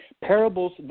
parables